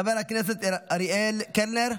חבר הכנסת אריאל קלנר,